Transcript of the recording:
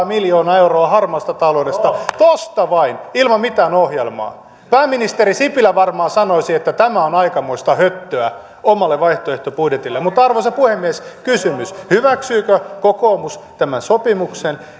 miljoonaa euroa harmaasta taloudesta tuosta vain ilman mitään ohjelmaa pääministeri sipilä varmaan sanoisi että tämä on aikamoista höttöä omalle vaihtoehtobudjetilleen mutta arvoisa puhemies kysymys hyväksyykö kokoomus tämän sopimuksen